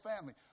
family